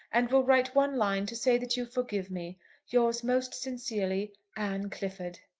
and will write one line to say that you forgive me yours most sincerely, anne clifford.